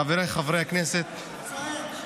חבריי חברי הכנסת -- הוא צועק.